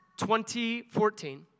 2014